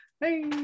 hey